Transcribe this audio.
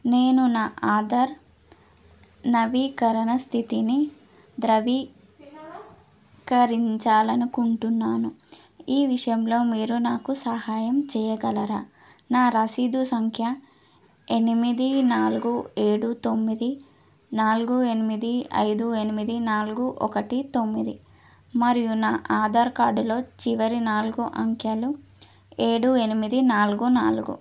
నేను నా ఆధార్ నవీకరణ స్థితిని ధృవీకరించాలనుకుంటున్నాను ఈ విషయంలో మీరు నాకు సహాయం చెయ్యగలరా నా రసీదు సంఖ్య ఎనిమిది నాలుగు ఏడు తొమ్మిది నాలుగు ఎనిమిది ఐదు ఎనిమిది నాలుగు ఒకటి తొమ్మిది మరియు నా ఆధార్ కార్డులో చివరి నాలుగు అంకెలు ఏడు ఎనిమిది నాలుగు నాలుగు